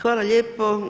Hvala lijepo.